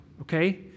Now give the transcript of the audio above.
okay